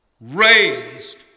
raised